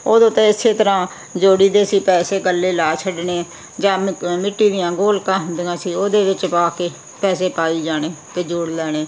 ਉਦੋਂ ਤਾਂ ਇਸੇ ਤਰ੍ਹਾਂ ਜੋੜੀ ਦੇ ਸੀ ਪੈਸੇ ਗੱਲੇ ਲਾ ਛੱਡਣੇ ਜਾਂ ਮਿੱਕ ਮਿੱਟੀ ਦੀਆਂ ਗੋਲਕਾਂ ਹੁੰਦੀਆਂ ਸੀ ਉਹਦੇ ਵਿੱਚ ਪਾ ਕੇ ਪੈਸੇ ਪਾਈ ਜਾਣੇ ਅਤੇ ਜੋੜ ਲੈਣੇ